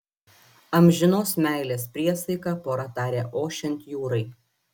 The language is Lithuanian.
amžinos meilės priesaiką pora tarė ošiant jūrai